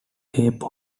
cape